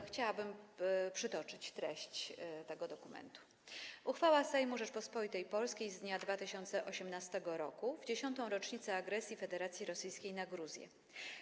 Chciałabym przytoczyć treść tego dokumentu: „Uchwała Sejmu Rzeczypospolitej Polskiej z dnia ... 2018 r. w 10. rocznicę agresji Federacji Rosyjskiej na Gruzję.